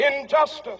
injustice